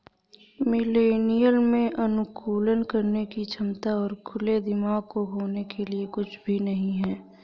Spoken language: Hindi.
मिलेनियल में अनुकूलन करने की क्षमता और खुले दिमाग को खोने के लिए कुछ भी नहीं है